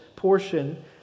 Portion